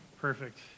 Perfect